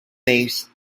base